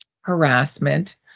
harassment